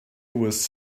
was